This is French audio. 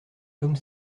tome